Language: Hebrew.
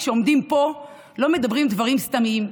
כשעומדים פה לא מדברים דברים סתמיים,